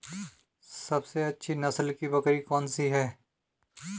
सबसे अच्छी नस्ल की बकरी कौन सी है?